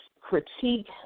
critique